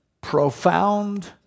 profound